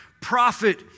prophet